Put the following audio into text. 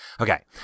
Okay